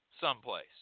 someplace